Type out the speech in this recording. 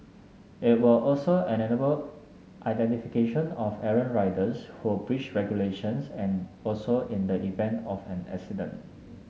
it will also enable identification of errant riders who breach regulations and also in the event of an accident